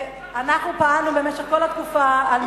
אנחנו פעלנו כל התקופה על מנת להגיש הצעת חוק.